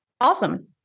Awesome